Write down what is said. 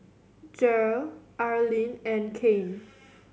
Jere Arleen and Kane